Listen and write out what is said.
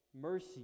mercy